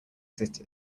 sit